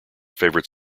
favourite